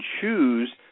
choose